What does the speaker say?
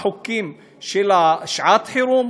החוקים של שעת החירום,